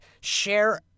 share